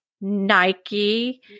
Nike